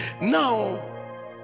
now